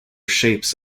shapes